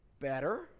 better